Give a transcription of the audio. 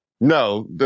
No